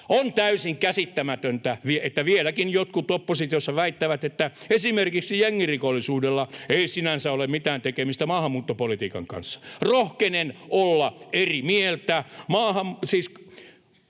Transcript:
On täysin käsittämätöntä, että vieläkin jotkut oppositiossa väittävät, että esimerkiksi jengirikollisuudella ei sinänsä ole mitään tekemistä maahanmuuttopolitiikan kanssa. Rohkenen olla eri mieltä.